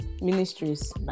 Ministries